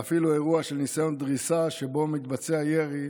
ואפילו אירוע של ניסיון דריסה שבו מתבצע ירי,